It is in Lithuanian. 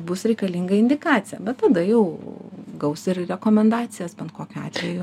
bus reikalinga indikacija bet tada jau gaus ir rekomendacijas bet kokiu atveju